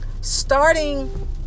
starting